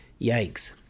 Yikes